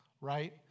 right